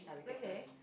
okay